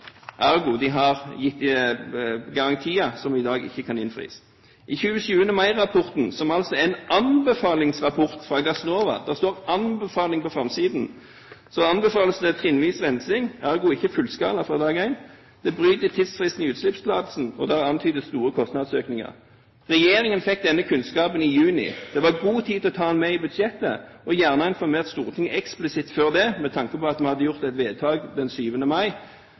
De har gitt garantier som i dag ikke kan innfris. I 27. mai-rapporten, som altså er en anbefalingsrapport fra Gassnova – det står «anbefaling» på forsiden – anbefales det trinnvis rensing, ergo ikke fullskala fra dag én. De bryter tidsfristen i utslippstillatelsen, og det er antydet store kostnadsøkninger. Regjeringen fikk denne kunnskapen i juni. Det var god tid til å ta dette med i budsjettet, og god tid til å informere Stortinget eksplisitt før det, med tanke på at man hadde gjort et vedtak den 7. mai.